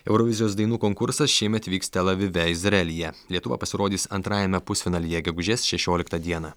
eurovizijos dainų konkursas šiemet vyks tel avive izraelyje lietuva pasirodys antrajame pusfinalyje gegužės šešioliktą dieną